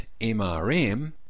MRM